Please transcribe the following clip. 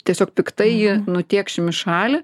tiesiog piktai jį nutėkšim į šalį